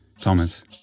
Thomas